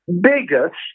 biggest